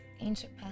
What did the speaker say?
Ancient